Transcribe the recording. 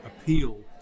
appeal